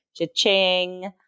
cha-ching